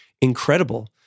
incredible